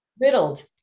Riddled